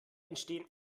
entstehen